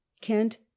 Kent